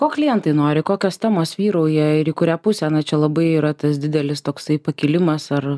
ko klientai nori kokios temos vyrauja ir į kurią pusę čia labai yra tas didelis toksai pakilimas ar